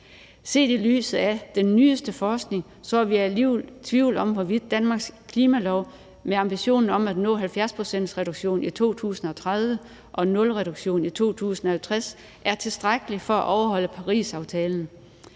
Set i lyset af, at den nyeste forskning sår alvorlig tvivl om, hvorvidt Danmarks klimalov med ambitionen om at nå 70 pct. reduktion i 2030 og nettonul i 2050 er tilstrækkelig til at overholde Paris-aftalen,